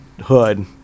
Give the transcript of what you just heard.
Hood